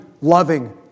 loving